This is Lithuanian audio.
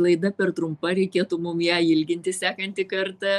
laida per trumpa reikėtų mum ją ilginti sekantį kartą